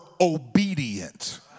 obedient